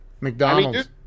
McDonald's